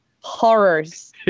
horrors